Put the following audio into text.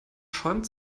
schäumt